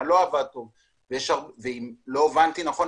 מה לא עבד טוב ואם הבנתי נכון,